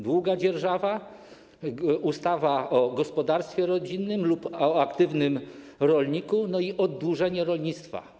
Długa dzierżawa, ustawa o gospodarstwie rodzinnym lub o aktywnym rolniku i oddłużenie rolnictwa.